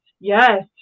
Yes